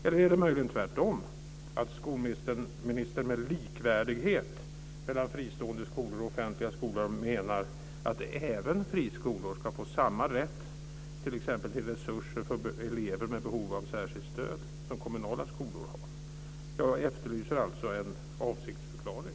Eller är det möjligen tvärtom så att skolministern med "likvärdighet" mellan fristående skolor och offentliga skolor menar att friskolor ska få samma rätt till t.ex. resurser för elever med behov av särskilt stöd som kommunala skolor har? Jag efterlyser alltså en avsiktsförklaring.